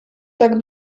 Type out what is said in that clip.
tak